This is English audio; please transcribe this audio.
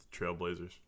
Trailblazers